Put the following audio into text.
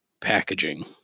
packaging